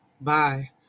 bye